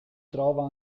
trova